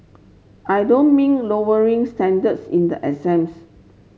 I don't mean lowering standards in the exams